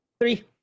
Three